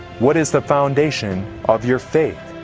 what is the foundation of your faith?